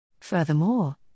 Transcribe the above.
Furthermore